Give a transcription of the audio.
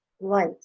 light